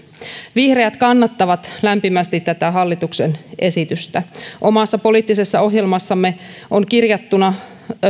vihreät kannattavat lämpimästi tätä hallituksen esitystä omassa poliittisessa ohjelmassamme on kirjattuna